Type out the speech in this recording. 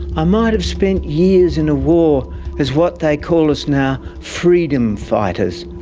ah might have spent years in a war as what they call us now, freedom fighters,